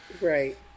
Right